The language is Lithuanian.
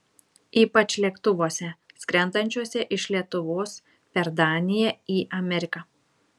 ypač lėktuvuose skrendančiuose iš lietuvos per daniją į ameriką